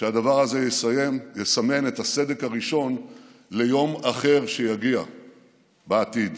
שהדבר הזה יסמן את הסדק הראשון ליום אחר שיגיע בעתיד,